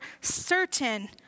certain